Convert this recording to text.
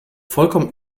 vollkommen